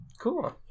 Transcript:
Cool